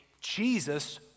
Jesus